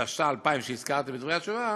התשס"א 2000" שהזכרתי בתשובה,